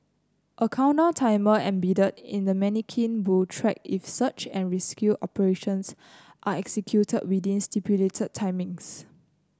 a countdown timer embedded in the manikin will track if search and rescue operations are executed within stipulated timings